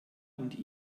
und